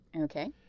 Okay